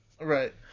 Right